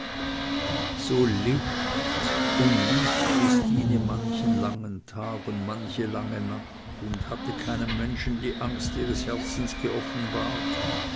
so litt und lief christine manchen langen tag und manche lange nacht und hatte keinem menschen die angst ihres herzens geoffenbaret